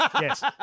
Yes